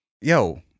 Yo